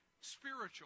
spiritual